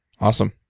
Awesome